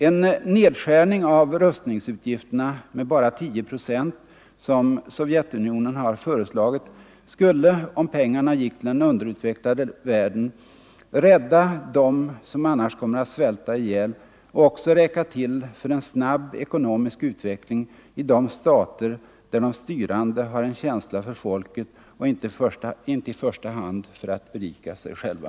En nedskärning av rustningsutgifterna med bara 10 procent, som Sovjetunionen har föreslagit, skulle — om pengarna gick till den underutvecklade världen - rädda dem som annars kommer att svälta ihjäl och också räcka till för en snabb ekonomisk utveckling i de stater där de styrande har en känsla för folket och inte i första hand för att berika sig själva.